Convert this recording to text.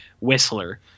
Whistler